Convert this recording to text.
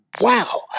wow